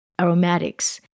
aromatics